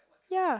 ya